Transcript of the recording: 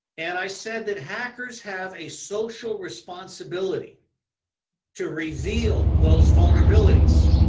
and, i said that hackers have a social responsibility to reveal those vulnerabilities